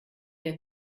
der